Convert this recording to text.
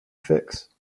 fix